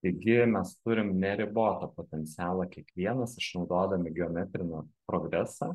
taigi mes turim neribotą potencialą kiekvienas išnaudodami geometrinį progresą